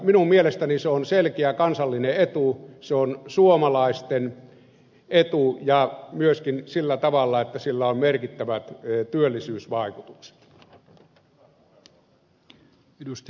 minun mielestäni se on selkeä kansallinen etu se on suomalaisten etu myöskin sillä tavalla että sillä on merkittävät työllisyysvaikutukset